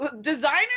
designer